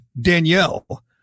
Danielle